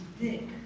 thick